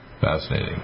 Fascinating